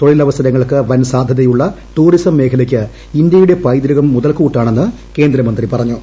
തൊഴിലവസരങ്ങൾക്ക് വൻ സാധ്യതയുള്ള ടൂറിസം മേഖലയ്ക്ക് ഇന്ത്യയുടെ പൈതൃകം മുതൽക്കൂട്ടാണെന്ന് കേന്ദ്രമന്ത്രി പറഞ്ഞു